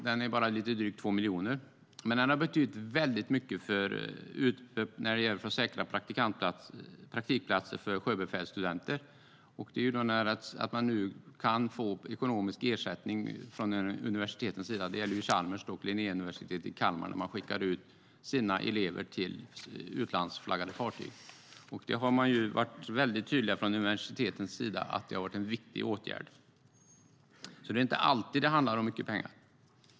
Den är bara lite drygt 2 miljoner men har betytt väldigt mycket när det gäller att säkra praktikplatser för sjöbefälsstudenter. Det innebär att man nu kan få ekonomisk ersättning från universitetens sida - det gäller Chalmers och Linnéuniversitetet i Kalmar - när man skickar ut sina elever till utlandsflaggade fartyg. Från universiteten har man varit väldigt tydliga med att det har varit en viktig åtgärd. Det är alltså inte alltid det handlar om mycket pengar.